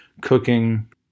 cooking